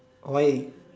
why